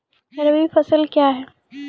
रबी फसल क्या हैं?